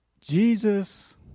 Jesus